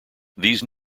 these